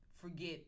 forget